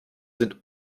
sind